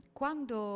quando